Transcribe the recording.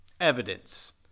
evidence